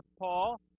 Paul